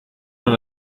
man